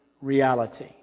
reality